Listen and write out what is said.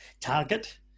Target